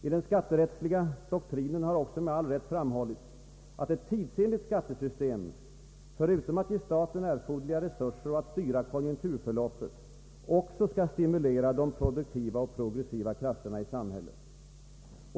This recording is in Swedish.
I den skatterättsliga doktrinen har också med all rätt framhållits att ett tidsenligt skattesystem, förutom att ge staten erforderliga resurser och att styra konjunkturförloppet, också skall stimulera de produktiva och progressiva krafterna i samhället.